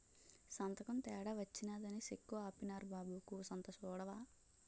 సంతకం తేడా వచ్చినాదని సెక్కు ఆపీనారు బాబూ కూసంత సూడవా